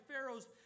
Pharaoh's